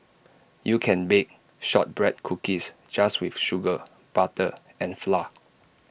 you can bake Shortbread Cookies just with sugar butter and flour